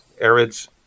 ARIDS